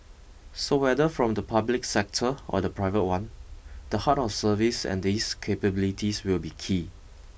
so whether from the public sector or the private one the heart of service and these capabilities will be key